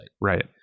Right